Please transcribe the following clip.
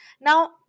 Now